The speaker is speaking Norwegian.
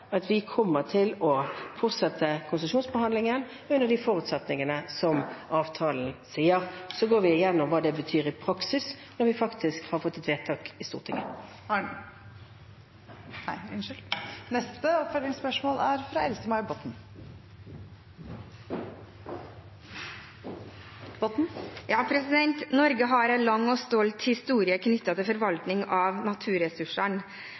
at vi kommer til å fortsette konsesjonsbehandlingen under de forutsetningene som avtalen sier. Så går vi igjennom hva det betyr i praksis når vi faktisk har fått et vedtak i Stortinget. Else May-Botten – til oppfølgingsspørsmål. Norge har en lang og stolt historie knyttet til forvaltning av naturressursene.